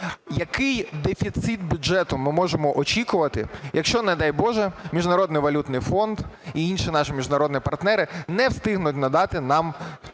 Який дефіцит бюджету ми можемо очікувати, якщо, не дай Боже, Міжнародний валютний фонд і інші наші міжнародні партнери не встигнуть надати нам транш